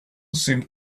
seemed